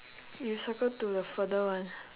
you circle to the further one